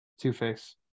Two-Face